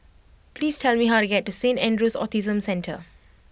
please tell me how to get to Saint Andrew's Autism Centre